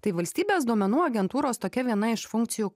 tai valstybės duomenų agentūros tokia viena iš funkcijų